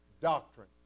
doctrine